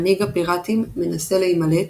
מנהיג הפיראטים מנסה להימלט,